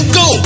go